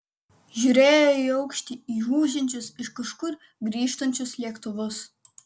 žiūrėjo į aukštį į ūžiančius iš kažkur grįžtančius lėktuvus